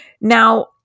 Now